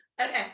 okay